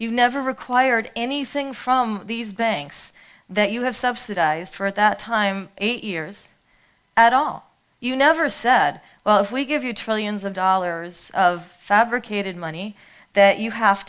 you never required anything from these banks that you have subsidized for at that time eight years at all you never said well if we give you trillions of dollars of fabricated money that you have